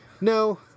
No